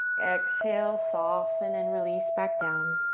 exhale, soften and release back down.